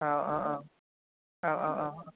औ औ औ औ